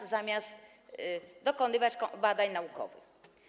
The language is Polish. To zamiast dokonywać badań naukowych.